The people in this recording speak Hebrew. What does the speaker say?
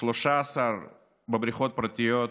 13 בבריכות פרטיות,